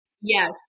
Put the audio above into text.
Yes